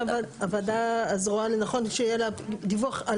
הוועדה אז רואה לנכון שיהיה לה דיווח על